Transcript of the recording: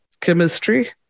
chemistry